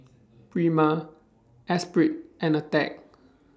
Prima Esprit and Attack